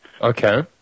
Okay